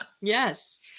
Yes